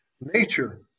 nature